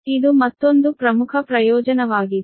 ಇದು ಮತ್ತೊಂದು ಪ್ರಮುಖ ಪ್ರಯೋಜನವಾಗಿದೆ